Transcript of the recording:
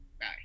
bye